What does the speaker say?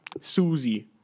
Susie